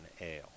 ale